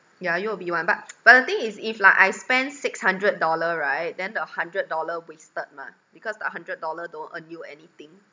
yeah U_O_B one but but the thing is if like I spend six hundred dollar right then the hundred dollar wasted mah because the hundred dollar don't earn you anything